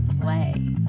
Play